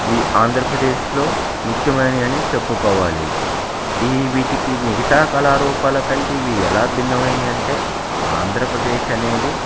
ఈ ఆంధ్రప్రదేశ్లో ముఖ్యమైనవి అని చెప్పుకోవాలి ఈ వీటికి మిగతా కళారూపాల కంటే ఇవి ఎలా భిన్నమైనవి అని అంటే ఆంధ్రప్రదేశ్ అనేది